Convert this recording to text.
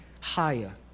higher